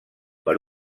per